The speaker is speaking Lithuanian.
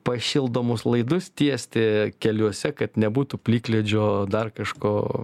pašildomus laidus tiesti keliuose kad nebūtų plikledžio dar kažko